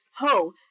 Ho